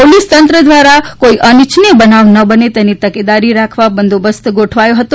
પોલીસતંત્ર દ્વારા કોઈ અનચ્છનીય બનાવ ન બને તેની તકેદારી રાખવા બંદોબસ્ત ગોઠવાથો હતો